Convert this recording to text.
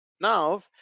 now